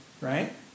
right